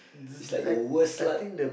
is like your worst luck